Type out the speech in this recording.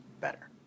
better